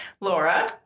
Laura